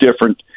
different